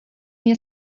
nie